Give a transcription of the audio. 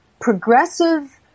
progressive